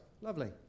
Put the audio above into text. lovely